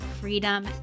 freedom